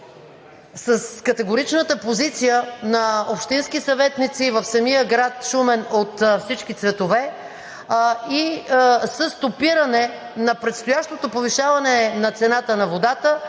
с категоричната позиция на общински съветници в самия град Шумен от всички цветове, със стопиране на предстоящото повишаване на цената на водата